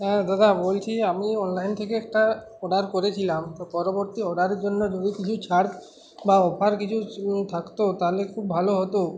হ্যাঁ দাদা বলছি আমি অনলাইন থেকে একটা অর্ডার করেছিলাম তো পরবর্তী অর্ডারের জন্য যদি কিছু ছাড় বা অফার কিছু থাকতো তাহলে খুব ভালো হতো